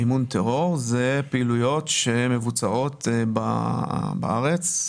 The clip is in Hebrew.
מימון טרור זה פעילויות שמבוצעות בארץ.